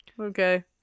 okay